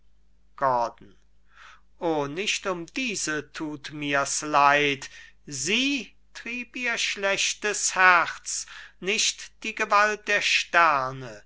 gordon o nicht um diese tut mirs leid sie trieb ihr schlechtes herz nicht die gewalt der sterne